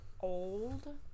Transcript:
old